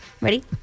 Ready